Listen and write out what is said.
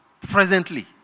presently